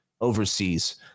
overseas